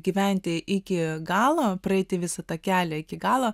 gyventi iki galo praeiti visą tą kelią iki galo